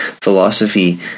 philosophy